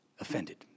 offended